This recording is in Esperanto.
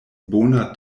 bona